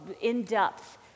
in-depth